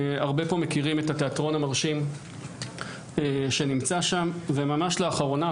הרבה פה מכירים את התיאטרון המרשים שנמצא שם וממש לאחרונה,